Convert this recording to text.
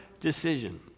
decision